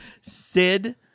Sid